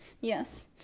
yes